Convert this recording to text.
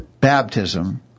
baptism